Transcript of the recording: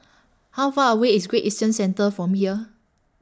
How Far away IS Great Eastern Centre from here